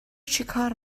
چیکار